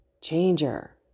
changer